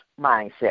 mindset